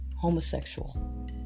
homosexual